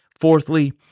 Fourthly